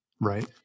Right